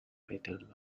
patent